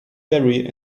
vary